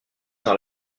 dans